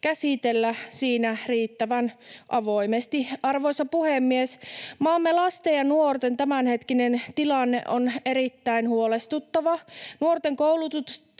käsitellä siinä riittävän avoimesti. Arvoisa puhemies! Maamme lasten ja nuorten tämänhetkinen tilanne on erittäin huolestuttava. Nuorten koulutustaso